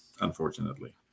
unfortunately